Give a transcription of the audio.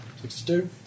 Sixty-two